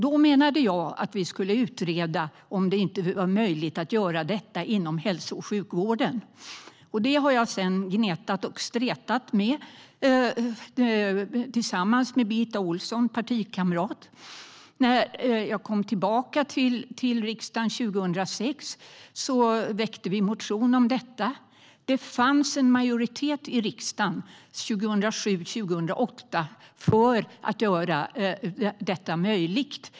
Då menade jag att man skulle utreda om det inte var möjligt att inseminera inom hälso och sjukvården. Detta har jag sedan gnetat och stretat med tillsammans med min partikamrat Birgitta Ohlsson. När jag kom tillbaka till riksdagen 2006 väckte vi en motion om detta. Det fanns en majoritet i riksdagen 2007-2008 för att göra det möjligt.